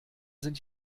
sind